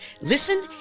Listen